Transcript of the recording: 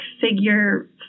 figure